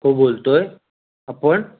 हो बोलतो आहे आपण